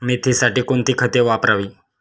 मेथीसाठी कोणती खते वापरावी?